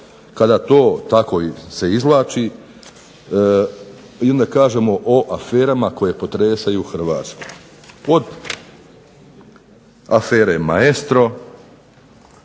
kada to tako se izvlači onda kažemo, o aferama koje potresaju Hrvatsku. Od Afere "Maestro",